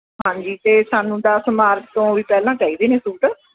ਹਾਂਜੀ ਅਤੇ ਸਾਨੂੰ ਦਸ ਮਾਰਚ ਤੋਂ ਵੀ ਪਹਿਲਾਂ ਚਾਹੀਦੇ ਨੇ ਸੂਟ